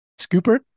Scooper